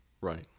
Right